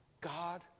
God